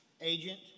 Agent